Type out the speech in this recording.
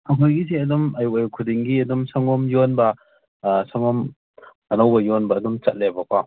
ꯑꯩꯈꯣꯏꯒꯤꯁꯦ ꯑꯗꯨꯝ ꯑꯌꯨꯛ ꯑꯌꯨꯛ ꯈꯨꯗꯤꯡꯒꯤ ꯑꯗꯨꯝ ꯁꯪꯒꯣꯝ ꯌꯣꯟꯕ ꯁꯪꯒꯣꯝ ꯑꯅꯧꯕ ꯌꯣꯟꯕ ꯑꯗꯨꯝ ꯆꯠꯂꯦꯕꯀꯣ